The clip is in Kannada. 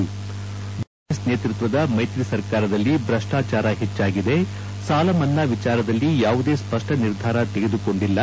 ಜೆಡಿಎಸ್ ಕಾಂಗ್ರೆಸ್ ನೇತೃತ್ವದ ಮೈತ್ರಿ ಸರ್ಕಾರದಲ್ಲಿ ಭ್ರಷ್ಟಾಚಾರ ಹೆಚ್ಚಾಗಿದೆ ಸಾಲಮನ್ನಾ ವಿಚಾರದಲ್ಲಿ ಯಾವುದೇ ಸ್ಪಷ್ಟ ನಿರ್ಧಾರ ತೆಗೆದುಕೊಂಡಿಲ್ಲ